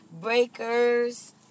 Breakers